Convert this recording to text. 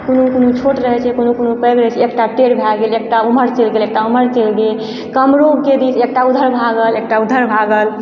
कोनो कोनो छोट रहै छै कोनो कोनो पैघ रहै छै एकटा टेढ भए गेल एकटा उमहर चलि गेल एकटा उमहर चलि गेल कमहरोके दिस एकटा उमहर भागल एकटा उधर भागल